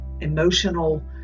emotional